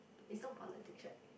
it's not politics right